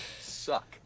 suck